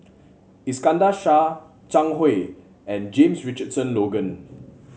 Iskandar Shah Zhang Hui and James Richardson Logan